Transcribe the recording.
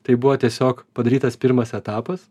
tai buvo tiesiog padarytas pirmas etapas